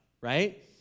Right